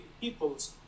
peoples